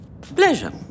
Pleasure